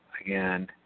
again